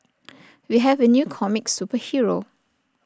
we have A new comic superhero